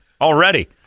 already